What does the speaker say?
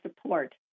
support